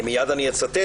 מיד אני אצטט,